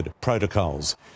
protocols